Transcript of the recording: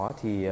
thì